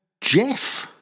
Jeff